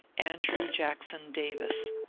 andrew jackson davis.